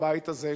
בבית הזה,